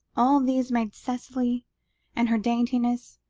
all these made cicely and her daintiness,